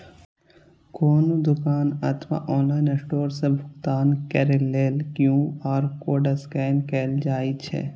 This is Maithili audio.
कोनो दुकान अथवा ऑनलाइन स्टोर मे भुगतान करै लेल क्यू.आर कोड स्कैन कैल जाइ छै